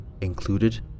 included